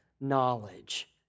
knowledge